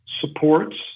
supports